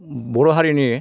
बर' हारिनि